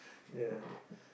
ya